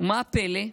ומה הפלא?